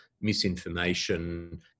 misinformation